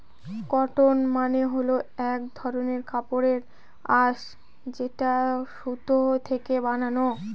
cotton মানে হল এক ধরনের কাপড়ের আঁশ যেটা সুতো থেকে বানানো